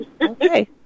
Okay